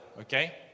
okay